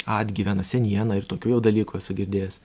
atgyvena seniena ir tokių jau dalykų esu girdėjęs